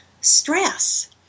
stress